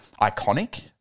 iconic